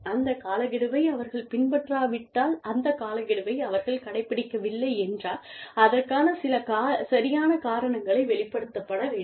அந்த காலக்கெடுவை அவர்கள் பின்பற்றாவிட்டால் அந்த காலக்கெடுவை அவர்கள் கடைப்பிடிக்கவில்லை என்றால் அதற்கான சில சரியான காரணங்களை வெளிப்படுத்தப்பட வேண்டும்